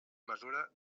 mesura